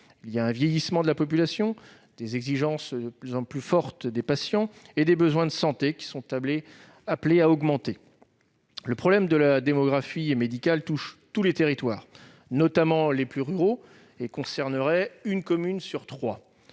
constate un vieillissement de la population, des exigences de plus en plus fortes des patients et les besoins de santé sont appelés à augmenter. Le problème de la démographie médicale touche tous les territoires, notamment les plus ruraux, et concernerait une commune sur trois.